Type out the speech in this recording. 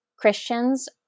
Christians